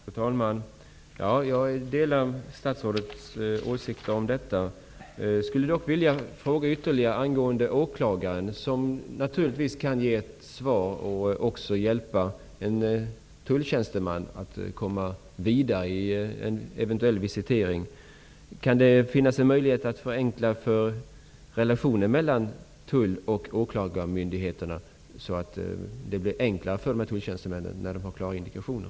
Fru talman! Jag delar statsrådets åsikter om detta. Jag skulle dock vilja ställa ytterligare en fråga angående åklagaren, som naturligtvis kan hjälpa tulltjänstemannen att komma vidare vid en eventuell visitering. Finns det möjlighet att förenkla relationen mellan tull och åklagarmyndigheterna, så att det blir enklare för tulltjänstemännen i de fall då det finns klara indikationer?